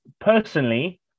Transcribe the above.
personally